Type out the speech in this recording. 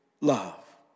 love